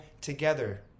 together